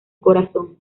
corazón